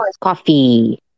coffee